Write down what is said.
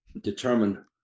determine